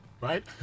right